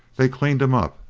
they cleaned him up,